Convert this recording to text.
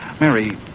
Mary